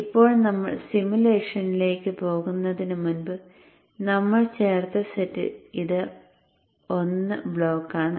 ഇപ്പോൾ നമ്മൾ സിമുലേഷനിലേക്ക് പോകുന്നതിന് മുമ്പ് നമ്മൾ ചേർത്ത സെറ്റിൽ ഇത് 1 ബ്ലോക്കാണ്